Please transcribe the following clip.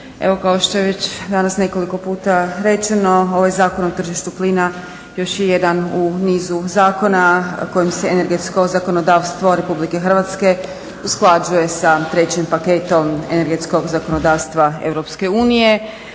Evo kao što je već danas nekoliko puta rečeno ovaj Zakon o tržištu plina još je jedan u nizu zakona kojim se energetsko zakonodavstvo Republike Hrvatske usklađuje sa trećim paketom energetskog zakonodavstva EU i